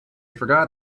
forgot